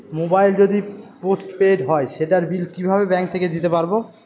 Mobile যদি postpaid হয় সেটার বিল কিভাবে ব্যাংক থেকে দিতে পারব?